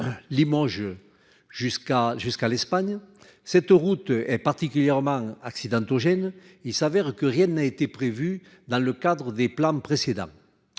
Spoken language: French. Jusqu'à, jusqu'à l'Espagne. Cette route est particulièrement accidentogène, il s'avère que rien n'a été prévu dans le cadre des plans précédents.